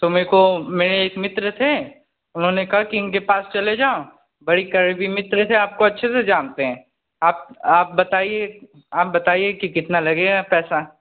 तो मेरे को मेरे एक मित्र थे उन्होंने कहा कि इनके पास चले जाओ बड़ी करीबी मित्र थे आपको अच्छे से जानते हैं आप आप बताइए आप बताइए कि कितना लगेगा पैसा